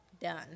done